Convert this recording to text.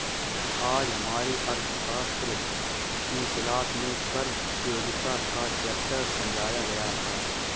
आज हमारी अर्थशास्त्र की क्लास में कर प्रतियोगिता का चैप्टर समझाया गया था